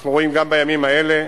אנחנו רואים, גם בימים האלה: